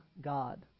God